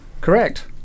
Correct